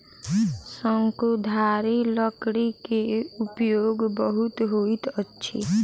शंकुधारी लकड़ी के उपयोग बहुत होइत अछि